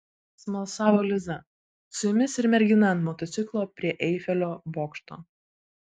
smalsavo liza su jumis ir mergina ant motociklo prie eifelio bokšto